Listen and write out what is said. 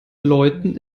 läuten